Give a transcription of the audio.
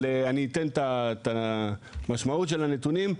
אבל אני אתן את המשמעות של הנתונים.